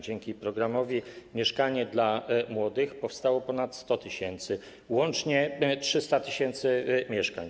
Dzięki programowi „Mieszkanie dla młodych” powstało ich ponad 100 tys. Łącznie 300 tys. mieszkań.